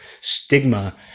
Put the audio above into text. stigma